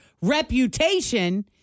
reputation